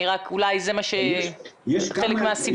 אני רק אומרת שאולי זה חלק מהסיבות.